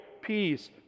peace